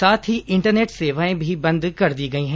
साथ ही इंटरनेट सेवाए भी बंद कर दी गई हैं